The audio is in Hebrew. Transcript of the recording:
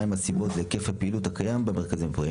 מהן הסיבות להיקף הפעילות הקיימת במרכזים הפרטיים?